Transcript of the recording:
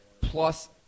plus –